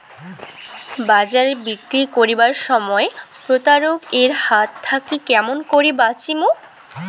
বাজারে বিক্রি করিবার সময় প্রতারক এর হাত থাকি কেমন করি বাঁচিমু?